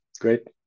great